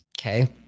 okay